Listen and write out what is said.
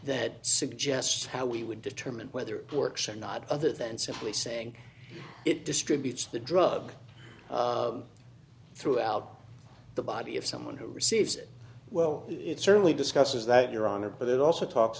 that suggests how we would determine whether it works or not other than simply saying it distributes the drug throughout the body of someone who receives it well it certainly discusses that your honor but it also talks